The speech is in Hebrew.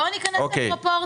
בואו ניכנס לפרופורציות.